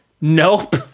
Nope